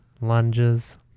lunges